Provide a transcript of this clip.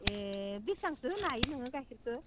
ए बेसांसो होनो हायो नोङो गाइखेरखो